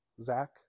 Zach